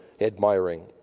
admiring